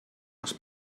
les